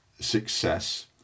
success